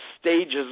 stages